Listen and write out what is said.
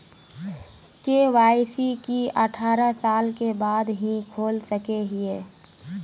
KYC की अठारह साल के बाद ही खोल सके हिये?